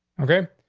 okay.